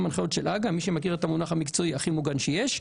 הנחיות של הג"א מי שמכיר את המונח המקצועי "הכי מוגן שיש"